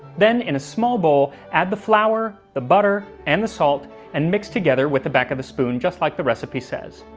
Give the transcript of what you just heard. then in a small bowl add the flour, the butter, and the salt and mix together with the back of the spoon just like the recipe says.